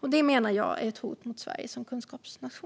Jag menar att detta är ett hot mot Sverige som kunskapsnation.